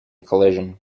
collision